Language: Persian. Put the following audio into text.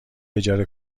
اجاره